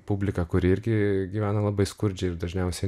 publiką kuri irgi gyvena labai skurdžiai ir dažniausiai